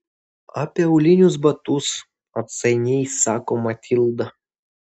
apie aulinius batus atsainiai sako matilda